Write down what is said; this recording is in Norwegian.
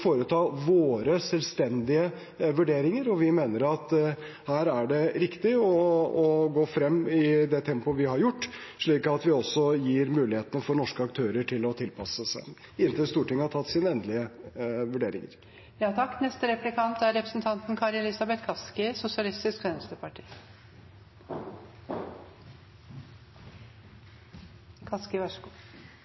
mener at her er det riktig å gå frem i det tempoet vi har gjort, slik at vi også gir muligheten for norske aktører til å tilpasse seg – inntil Stortinget har tatt sin endelige